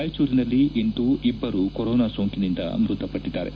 ರಾಯಚೂರಿನಲ್ಲಿ ಇಂದು ಇಬ್ಬರು ಕೊರೋನಾ ಸೋಂಕಿನಿಂದ ಮೃತಪಟ್ಟಿದ್ದಾರೆ